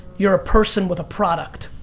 you're a person with a product.